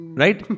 right